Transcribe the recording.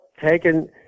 taking